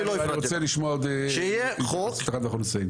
אני רוצה לשמוע עוד אחד ואנחנו נסיים.